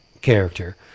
character